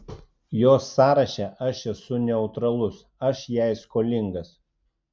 jos sąraše aš esu neutralus aš jai skolingas